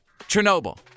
Chernobyl